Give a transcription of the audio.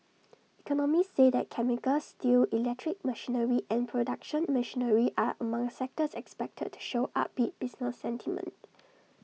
economists say that chemicals steel electric machinery and production machinery are among sectors expected to show upbeat business sentiment